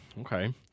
Okay